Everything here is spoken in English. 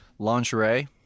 Lingerie